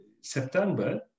September